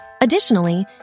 Additionally